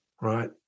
right